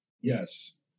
Yes